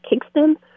Kingston